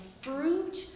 fruit